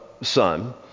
Son